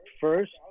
first